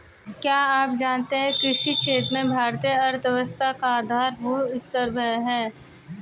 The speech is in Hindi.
क्या आप जानते है कृषि क्षेत्र भारतीय अर्थव्यवस्था का आधारभूत स्तंभ है?